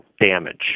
damage